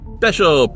special